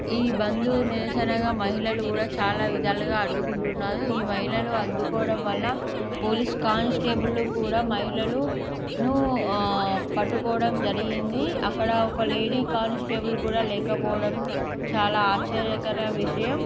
ఈ బంద్ నిరసనగా మహిళలు కూడా చాలా విధాలుగా అడ్డుకుంటున్నారు ఈ మహిళలు అడ్డుకోవడం వల్ల పోలీస్ కానిస్టేబుల్ కూడా మహిళలను పట్టుకోవడం జరిగింది అక్కడ ఒక లేడీ కానిస్టేబుల్ కూడా లేకపోవడం చాలా ఆశ్చర్యకరమైన విషయం